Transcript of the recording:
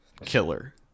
killer